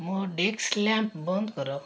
ମୋ desk lamp ବନ୍ଦ କର